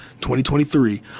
2023